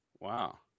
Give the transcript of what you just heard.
Wow